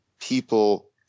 people